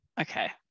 okay